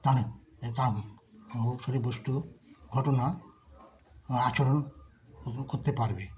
তারা ঘটনা আচরণ করতে পারবে